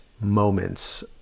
moments